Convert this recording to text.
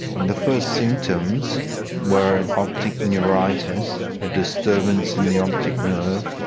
the first symptoms were optic neuritis, a disturbance in the optic nerve,